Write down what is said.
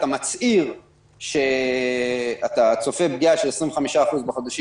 אתה מצהיר שאתה צופה פגיעה של 25% בחודשים